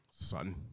Son